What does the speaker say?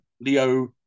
Leo